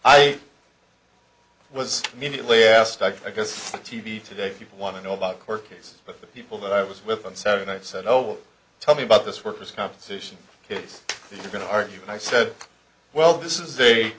asked i guess t v today people want to know about court case but the people that i was with on saturday night said oh tell me about this worker's compensation case you're going to argue and i said well this is a